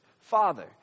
father